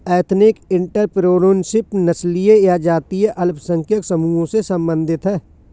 ethnic entrepreneurship नस्लीय या जातीय अल्पसंख्यक समूहों से संबंधित हैं